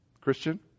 Christian